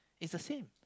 is the same